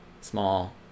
small